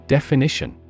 Definition